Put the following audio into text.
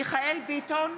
מיכאל מרדכי ביטון,